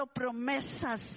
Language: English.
promesas